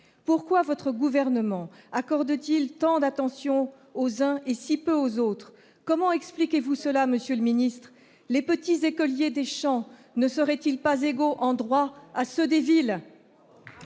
pourquoi votre gouvernement accorde-t-il tant d'attention aux enfants et si peu aux autres comment expliquez-vous cela, monsieur le Ministre, les petits écoliers Deschamps ne serait-il pas égaux en droits à ceux des villes.